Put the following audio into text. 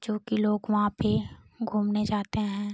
जो कि लोग वहाँ पर घूमने जाते हैं